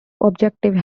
adjectives